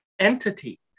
entity